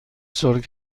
سرخ